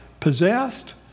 Possessed